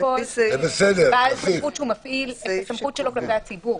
כל בעל סמכות שמפעיל את הסמכות שלו כלפי הציבור.